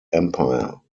empire